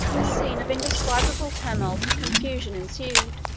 a scene of indescribable tumult and confusion ensued.